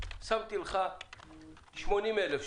ונתתי לך מקדמה של 80,000 שקל.